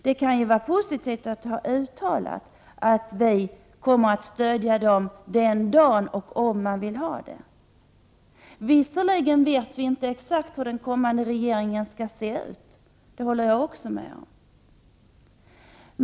Det kan vara positivt att ha uttalat att vi kommer att stödja den om den en dag vill ha vårt stöd. Visserligen vet vi inte exakt hur den kommande regeringen skall se ut, det håller jag också med om.